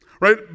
Right